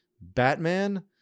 Batman